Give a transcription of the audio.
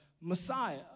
Messiah